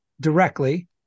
directly